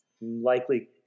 likely